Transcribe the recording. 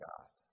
God